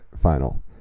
final